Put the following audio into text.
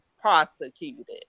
prosecuted